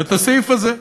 אלא את הסעיף הזה,